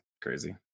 crazy